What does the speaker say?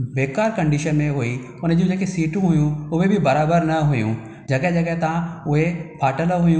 बेकार कंडीशन में हुई उनजियूं जेके सीटियूं हुयूं उहे बि बराबरि न हुइयूं जॻहि जॻहि तां उहे फाटलु हुइयूं